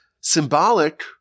symbolic